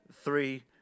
Three